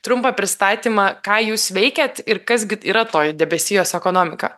trumpą pristatymą ką jūs veikiat ir kas gi yra toji debesijos ekonomika